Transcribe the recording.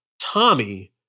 Tommy